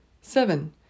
Seven